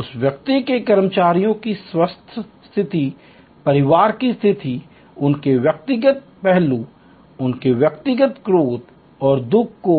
उस व्यक्ति के कर्मियों की स्वास्थ्य स्थिति परिवार की स्थिति उनके व्यक्तिगत उल्लू उनके व्यक्तिगत क्रोध और दुःख को